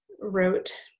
wrote